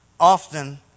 often